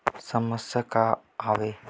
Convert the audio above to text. समस्या का आवे?